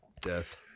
Death